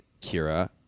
Kira